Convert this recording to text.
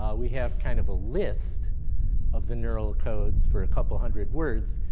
ah we have kind of a list of the neural codes for a couple of hundred words,